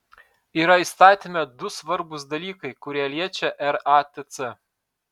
yra įstatyme du svarbūs dalykai kurie liečia ratc